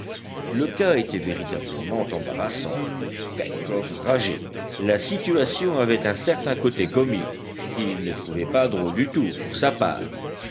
le cas était véritablement embarrassant pencroff rageait la situation avait un certain côté comique qu'il ne trouvait pas drôle du tout pour sa part